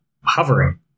hovering